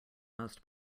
most